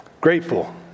Grateful